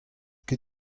ket